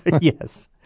Yes